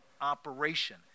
operation